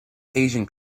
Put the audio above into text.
asian